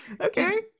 Okay